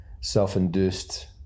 self-induced